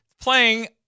playing